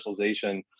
personalization